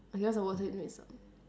I guess that's the worst way to meet some~